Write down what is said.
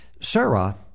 Sarah